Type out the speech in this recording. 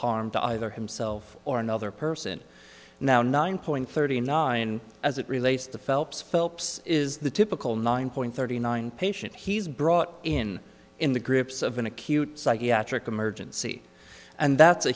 harm to either himself or another person now nine point thirty nine as it relates to phelps phelps is the typical nine point thirty nine patient he's brought in in the grips of an acute psychiatric emergency and that's a